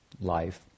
life